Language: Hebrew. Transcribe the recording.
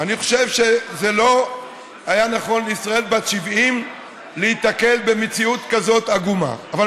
אני חושב שזה לא היה נכון לישראל בת 70 להיתקל במציאות עגומה כזאת,